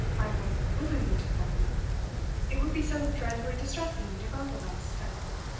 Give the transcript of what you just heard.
i would willingly decline it would be so dreadfully distressing to both of us, said allan.